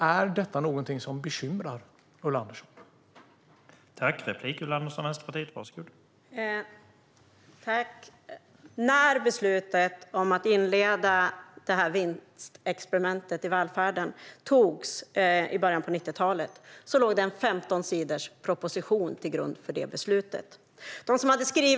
Är detta något som bekymrar Ulla Andersson?